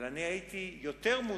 אבל אני הייתי יותר מודאג